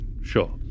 Sure